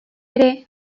ere